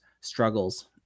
struggles